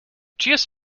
cheers